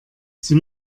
sie